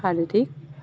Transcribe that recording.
শাৰীৰিক